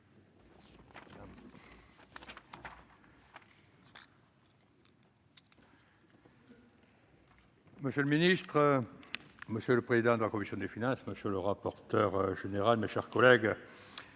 Monsieur le président, monsieur le président de la commission des finances, monsieur le rapporteur général, mesdames, messieurs